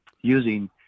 using